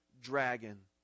dragon